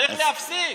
צריך להפסיק.